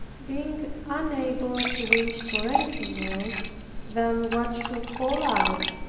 being unable to wish for anything else than what should fall out,